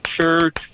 Church